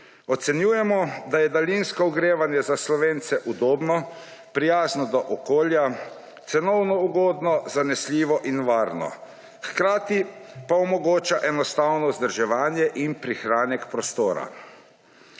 Ocenjujemo, da je daljinsko ogrevanje za Slovence udobno, prijazno do okolja, cenovno ugodno, zanesljivo in varno, hkrati pa omogoča enostavno vzdrževanje in prihranek prostora.